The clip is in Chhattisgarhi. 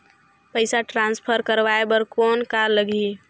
पइसा ट्रांसफर करवाय बर कौन का लगही?